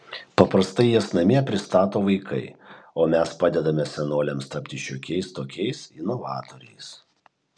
paprastai jas namie pristato vaikai o mes padedame senoliams tapti šiokiais tokiais inovatoriais